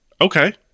Okay